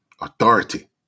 authority